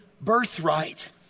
birthright